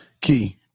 Key